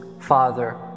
father